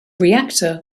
reactor